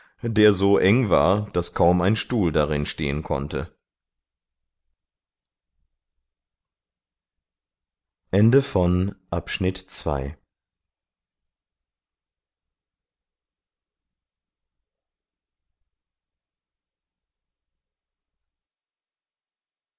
der so eng war daß kaum ein stuhl darin stehen konnte